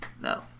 No